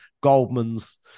Goldman's